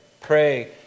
pray